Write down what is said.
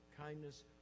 kindness